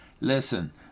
Listen